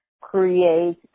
create